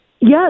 Yes